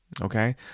okay